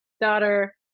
daughter